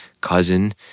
cousin